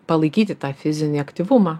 palaikyti tą fizinį aktyvumą